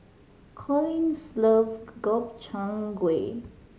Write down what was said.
Colin's love Gobchang Gui